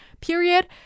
period